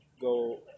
go